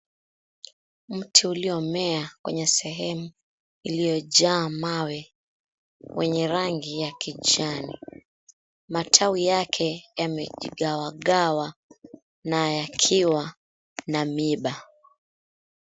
Mti uliomea kwenye sehemu iliyojaa mawe, wenye rangi ya kijani. Matawi yake yamejigawagawa na yakiwa na miba.